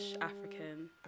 African